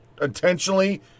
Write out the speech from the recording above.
intentionally